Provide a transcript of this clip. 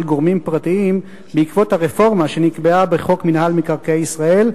גורמים פרטיים בעקבות הרפורמה שנקבעה בחוק מינהל מקרקעי ישראל,